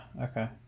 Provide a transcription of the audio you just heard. okay